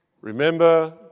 Remember